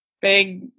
big